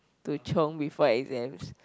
to chiong before exams